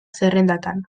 zerrendatan